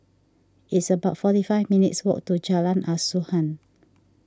it's about forty five minutes' walk to Jalan Asuhan